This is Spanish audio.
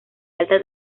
alta